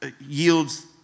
yields